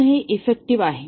तर हे इफेक्टिव्ह आहे